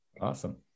Awesome